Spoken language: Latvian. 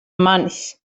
manis